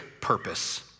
purpose